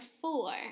four